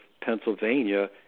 Pennsylvania